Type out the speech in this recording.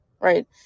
right